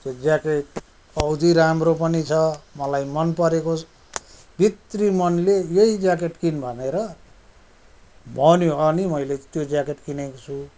त्यो ज्याकेट औधी राम्रो पनि छ मलाई मन परेको भित्री मनले यही ज्याकेट किन् भनेर भन्यो अनि मैले त्यो ज्याकेट किनेको छु